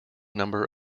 number